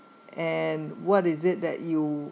and what is it that you